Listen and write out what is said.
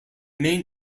main